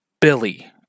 Billy